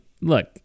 look